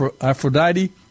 Aphrodite